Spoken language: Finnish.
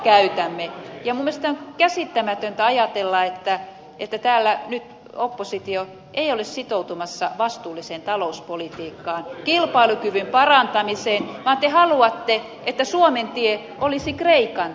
minun mielestäni on käsittämätöntä ajatella että täällä nyt oppositio ei ole sitoutumassa vastuulliseen talouspolitiikkaan kilpailukyvyn parantamiseen vaan te haluatte että suomen tie olisi kreikan tie